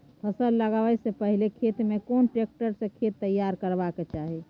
फसल लगाबै स पहिले खेत में कोन ट्रैक्टर स खेत तैयार करबा के चाही?